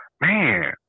Man